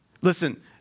Listen